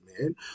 man